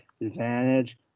advantage